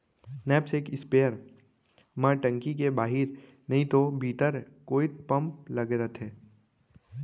knapsack sprayer म टंकी के बाहिर नइतो भीतरी कोइत पम्प लगे रथे